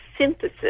synthesis